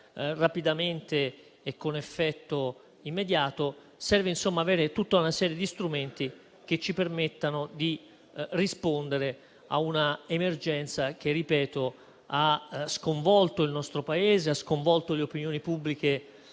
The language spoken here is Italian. rapidamente e con effetto immediato. Serve, insomma, avere tutta una serie di strumenti che ci permettano di rispondere a un'emergenza che - lo ripeto - ha sconvolto il nostro Paese e le opinioni pubbliche